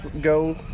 go